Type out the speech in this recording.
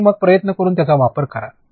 आणि मग प्रयत्न करुन त्याचा वापर करा